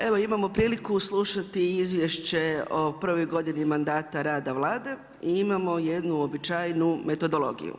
Evo imamo priliku slušati Izvješće o prvoj godini mandata rada Vlade i imamo jednu uobičajenu metodologiju.